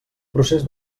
procés